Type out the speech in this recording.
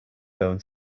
going